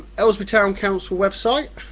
aylesbury town council website,